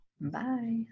Bye